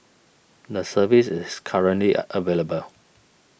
the service is currently available